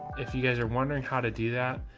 if you guys are wondering how to do that,